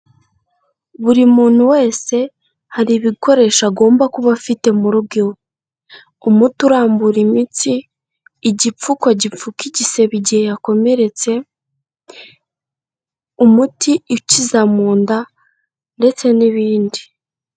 Buri muntu wese hari ibikoresho agomba kuba afite mu rugo iwe, umuti urambura imitsi, igipfuko gipfuka igisebe igihe yakomeretse, umuti ukiza mu nda ndetse n'ibindi.